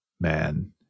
Man